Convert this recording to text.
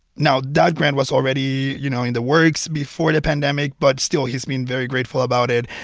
now, that grant was already, you know, in the works before the pandemic. but still, he's been very grateful about it.